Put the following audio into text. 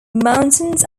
mountains